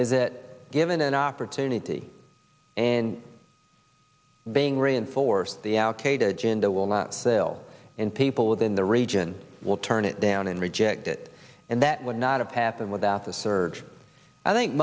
is that given an opportunity and being reinforced the al qaeda agenda will not fail and people within the region will turn it down and reject it and that would not have happened without the surge i think